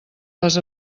les